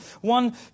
One